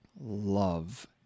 love